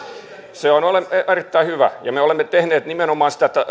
se on erittäin hyvä ja me olemme tehneet nimenomaan sitä